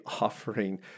offering